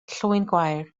llwyngwair